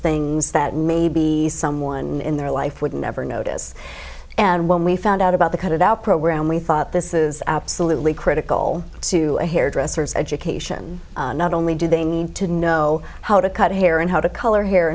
things that maybe someone in their life would never notice and when we found out about the cut it out program we thought this is absolutely critical to a hairdresser's education not only do they need to know how to cut hair and how to color hair